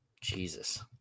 Jesus